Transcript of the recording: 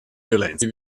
violenza